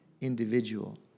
individual